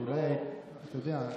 אתה יודע,